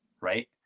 right